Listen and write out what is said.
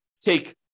take